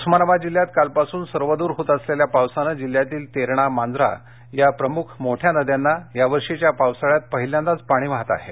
उस्मानाबाद जिल्ह्यात कालपासून सर्वदूर होत असलेल्या पावसामुळे जिल्ह्यातील तेरणा मांजरा या प्रमुख मोठ्या नद्याना यावर्षीच्या पावसाळ्यात पहिल्यांदा पाणी वाहत आहे